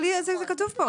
זה כתוב כאן.